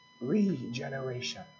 Regeneration